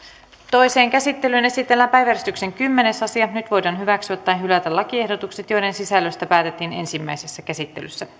toiseen käsittelyyn esitellään päiväjärjestyksen kymmenes asia nyt voidaan hyväksyä tai hylätä lakiehdotukset joiden sisällöstä päätettiin ensimmäisessä käsittelyssä